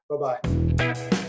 Bye-bye